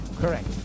Correct